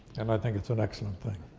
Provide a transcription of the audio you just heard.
and i think it's an excellent thing.